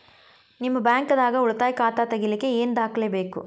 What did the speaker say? ನಿಮ್ಮ ಬ್ಯಾಂಕ್ ದಾಗ್ ಉಳಿತಾಯ ಖಾತಾ ತೆಗಿಲಿಕ್ಕೆ ಏನ್ ದಾಖಲೆ ಬೇಕು?